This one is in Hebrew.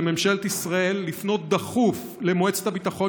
לממשלת ישראל לפנות דחוף למועצת הביטחון